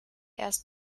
erst